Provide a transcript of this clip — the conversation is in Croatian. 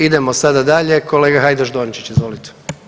Idemo sada dalje, kolega Hajdaš Dončić, izvolite.